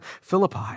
Philippi